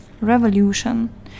revolution